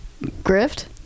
Grift